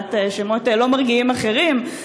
בעלת שמות לא מרגיעים אחרים,